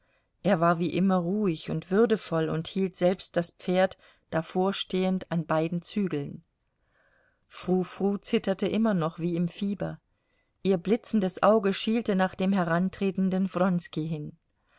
er war wie immer ruhig und würdevoll und hielt selbst das pferd davorstehend an beiden zügeln frou frou zitterte immer noch wie im fieber ihr blitzendes auge schielte nach dem herantretenden wronski hin